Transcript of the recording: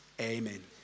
amen